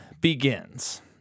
begins